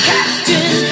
Captain